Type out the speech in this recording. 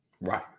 Right